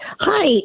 Hi